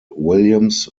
williams